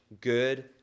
good